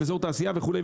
אזור תעשייה וכו'.